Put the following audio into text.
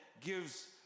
gives